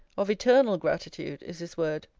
of eternal gratitude, is his word,